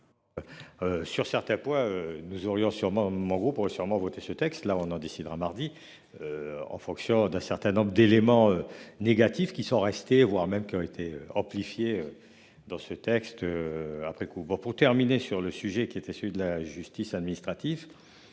Sur certains points, nous aurions sûrement mon pour l'sûrement voter ce texte là on en décidera mardi. En fonction d'un certain nombre d'éléments négatifs qui sont restés voire même qui ont été amplifiées. Dans ce texte. Après coup, pour, pour terminer sur le sujet qui était celui de la justice administrative.